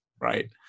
right